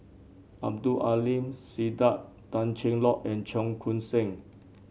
Abdul Aleem Siddique Tan Cheng Lock and Cheong Koon Seng